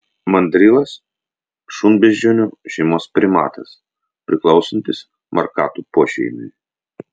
mandrilas šunbeždžionių šeimos primatas priklausantis markatų pošeimiui